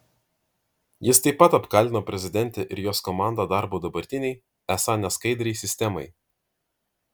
jis taip pat apkaltino prezidentę ir jos komandą darbu dabartinei esą neskaidriai sistemai